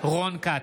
רון כץ,